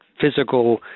physical